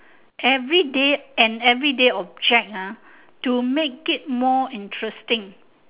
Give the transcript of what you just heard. everyday an everyday object ha to make it more interesting